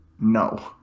no